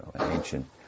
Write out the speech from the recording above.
ancient